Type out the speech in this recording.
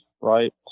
Right